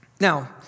Now